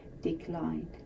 declined